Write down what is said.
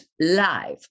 live